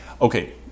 Okay